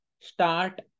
start